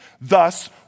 Thus